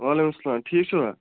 وَعلیکُم سَلام ٹھیٖک چھِوا